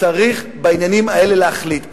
בעניינים האלה צריך להחליט.